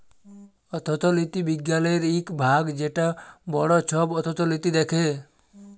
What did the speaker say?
অথ্থলিতি বিজ্ঞালের ইক ভাগ যেট বড় ছব অথ্থলিতি দ্যাখে